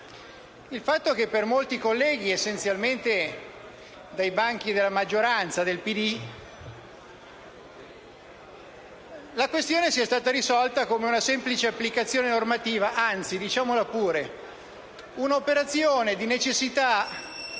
il fatto che per molti colleghi, essenzialmente della maggioranza, del PD, la questione sia stata risolta come una semplice applicazione normativa, anzi, diciamolo pure, come un'operazione di necessità